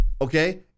okay